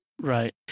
right